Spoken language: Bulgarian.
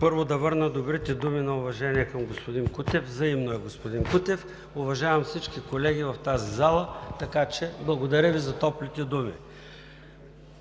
първо, да върна добрите думи на уважение към господин Кутев. Взаимно е, господин Кутев. Уважавам всички колеги в тази зала, така че благодаря Ви за топлите думи.